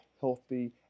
healthy